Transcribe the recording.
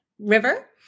River